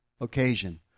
occasion